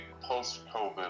post-COVID